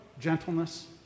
gentleness